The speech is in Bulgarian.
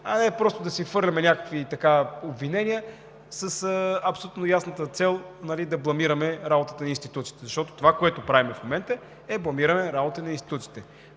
а не просто да си хвърляме някакви обвинения с абсолютно ясната цел да бламираме работата на институциите. Защото това, което правим в момента, е бламиране работата на институциите.